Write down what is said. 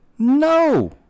No